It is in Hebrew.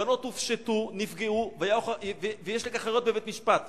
בנות הופשטו, נפגעו, ויש לכך הוכחות בבית-משפט.